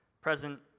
present